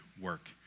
work